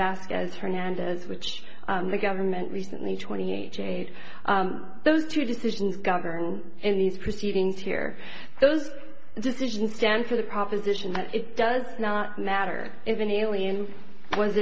fernandez which the government recently twenty eight days those two decisions govern in these proceedings here those decisions stand for the proposition that it does not matter if an alien was